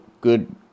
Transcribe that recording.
good